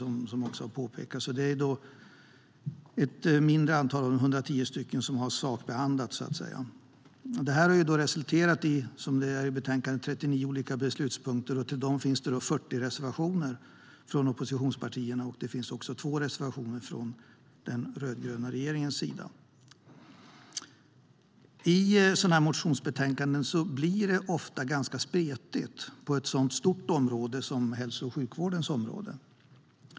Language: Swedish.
Det är alltså ett mindre antal - 110 stycken - som har sakbehandlats. Det har i betänkandet resulterat i 39 olika beslutspunkter, och till dessa finns det 40 reservationer från oppositionspartierna. Det finns också två reservationer från de rödgrönas sida. I sådana här motionsbetänkanden blir det ofta ganska spretigt eftersom hälso och sjukvården är ett så stort område.